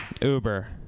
Uber